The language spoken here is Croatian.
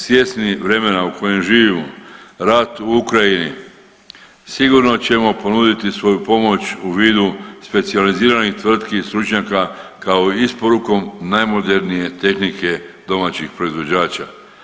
Svjesni vremena u kojem živimo rat u Ukrajini, sigurno ćemo ponuditi svoju pomoć u vidu specijaliziranih tvrtki i stručnjaka kao i isporukom najmodernije tehnike domaćih proizvođača.